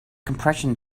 compression